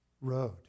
road